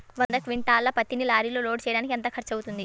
వంద క్వింటాళ్ల పత్తిని లారీలో లోడ్ చేయడానికి ఎంత ఖర్చవుతుంది?